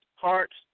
Hearts